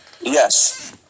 Yes